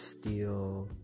Steel